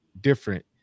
different